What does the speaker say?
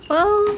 well